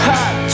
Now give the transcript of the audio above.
Hot